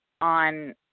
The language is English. on